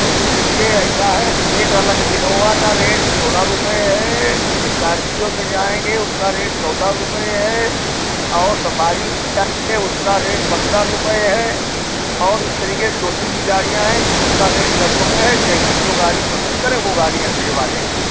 भएइया देखिए ऐसा है रेट अलग इनोवा का रेट सोलह रुपये है इस्कारपियो से जाएँगे उसका रेट चौदह रुपये है और सफारी से जाएँगे उसका रेट पन्द्रह रुपये है और इस तरीक़े से छोटी भी गाड़ियाँ हैं उस उसका रेट दस रुपये है जैसी जो गाड़ी पसंद करें वह गाड़ी हम भिजवा देंगे